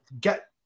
get